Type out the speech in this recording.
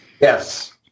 Yes